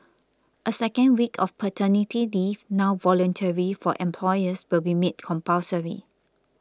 a second week of paternity leave now voluntary for employers will be made compulsory